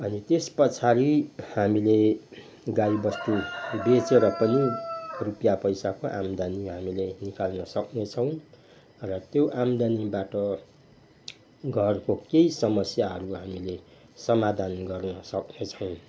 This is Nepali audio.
अनि त्यसपछाडि हामीले गाईबस्तु बेचेर पनि रुपियाँ पैसाको आमदानी हामीले निकाल्न सक्नेछौँ र त्यो आमदानीबाट घरको केही समस्याहरू हामीले समाधान गर्न सक्नेछौँ